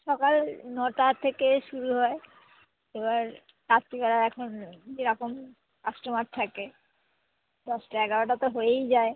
সকাল নটা থেকে শুরু হয় এবার রাত্রিবেলা এখন যেরকম কাস্টমার থাকে দশটা এগারোটা তো হয়েই যায়